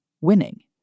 winning